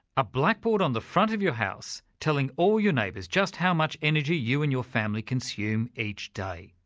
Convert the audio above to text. a blackboard on the front of your house telling all your neighbours just how much energy you and your family consume each day.